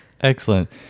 Excellent